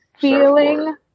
feeling